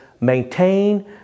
maintain